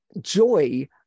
joy